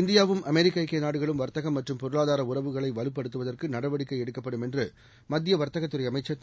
இந்தியாவும் அமெரிக்கஐக்கியநாடுகளும் வர்த்தகம் மற்றும் பொருளாதாரஉறவுகளைவலுப்படுத்துவதற்குநடவடிக்கைஎடுக்கப்படும் என்றுமத்தியவர்த்தகதுறைஅமைச்சர் திரு